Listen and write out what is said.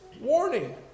warning